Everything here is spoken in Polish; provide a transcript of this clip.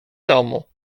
domu